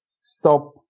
stop